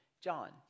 John